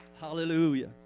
Hallelujah